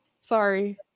Sorry